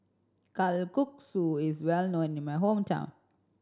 kalguksu is well known in my hometown